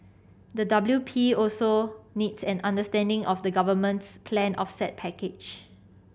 the W P also needs an understanding of the government's planned offset package